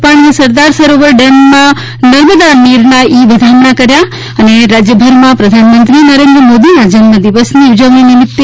રૂપાણીએ સરદાર સરોવર ડેમમાં નર્મદાનાં નીરના ઈ વધામણાં કર્યા હતા રાજયભરમાં પ્રધાનમંત્રી નરેન્દ્ર મોદીના જન્મ દિવસની ઉજવણી નિમિત્ત